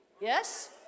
Yes